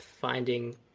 finding